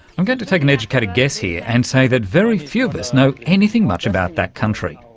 i'm going to take an educated guess here and say that very few of us know anything much about that country.